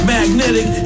Magnetic